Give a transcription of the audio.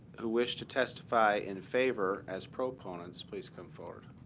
who wish to testify in favor as proponents, please come forward.